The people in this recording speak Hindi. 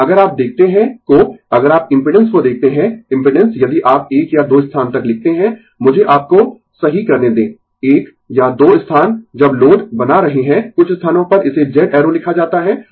लेकिन अगर आप देखते है को अगर आप इम्पिडेंस को देखते है इम्पिडेंस यदि आप एक या दो स्थान तक लिखते है मुझे आपको सही करने दें एक या दो स्थान जब लोड बना रहे है कुछ स्थानों पर इसे Z एरो लिखा जाता है